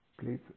please